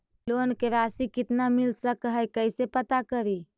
Loan के रासि कितना मिल सक है कैसे पता करी?